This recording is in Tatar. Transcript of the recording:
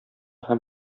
һәм